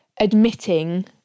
Admitting